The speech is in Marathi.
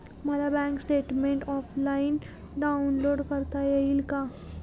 मला बँक स्टेटमेन्ट ऑफलाईन डाउनलोड करता येईल का?